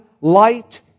light